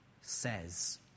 says